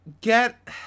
get